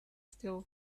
still